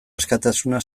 askatasuna